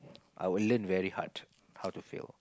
I will learn very hard how to fail